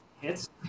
hits